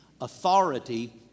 authority